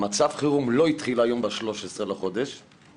מצב החירום לא התחיל היום, ב-14 בחודש, הוא